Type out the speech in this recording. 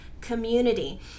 community